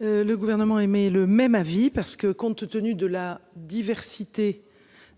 Le Gouvernement émet le même avis parce que compte tenu de la diversité